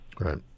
Right